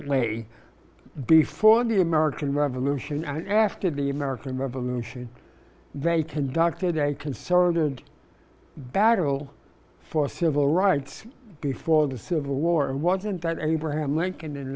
lay before the american revolution and after the american revolution they conducted a concerted battle for civil rights before the civil war and wasn't that abraham lincoln and